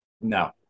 No